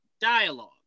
dialogue